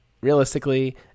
realistically